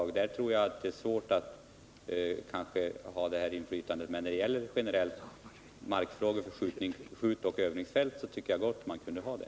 På den punkten tror jag att det är svårt att åstadkomma ett kommunalt inflytande. Men när det gäller markfrågor för skjutoch övningsfält tycker jag gott man kunde ha det.